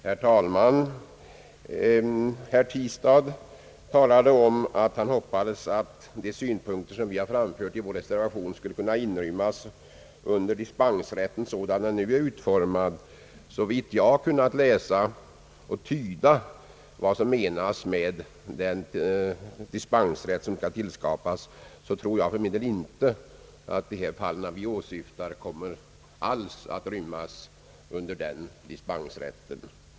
Herr talman! Herr Tistad talade om att han hoppades att de synpunkter vi framfört i vår reservation skulle kunna inrymmas under dispensrätten sådan den nu är utformad. Såvitt jag kunnat läsa och tyda vad som menas med den dispensrätt, som skall tillskapas, tror jag för min del inte att de fall vi åsyftar alls kommer att rymmas under den dispensrätten.